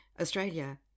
Australia